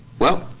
well,